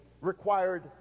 required